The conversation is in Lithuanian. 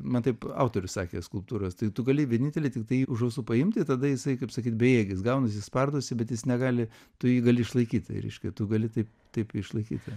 man taip autorius sakė skulptūros tai tu gali vienintelį tiktai už ausų paimti tada jisai kaip sakyt bejėgis gaunasi spardosi bet jis negali tu jį gali išlaikyti reiškia tu gali taip taip jį išlaikyti